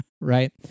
right